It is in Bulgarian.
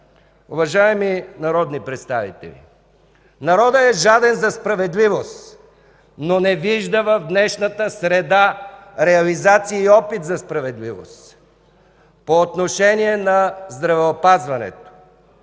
Уважаеми народни представители, народът е жаден за справедливост, но не вижда в днешната среда реализация и опит за справедливост. По отношение на здравеопазването